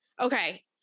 Okay